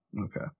Okay